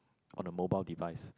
on the mobile devices